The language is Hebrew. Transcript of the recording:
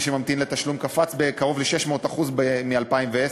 שממתין לתשלום קפץ בקרוב ל-600% מ-2010,